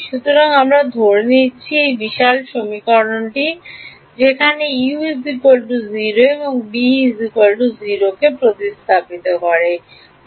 সুতরাং ধরুন আমি লিখি এখন ধরা যাক আমি u 0 v 0 কে প্রতিস্থাপন করব